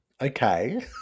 Okay